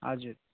हजुर